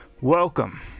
welcome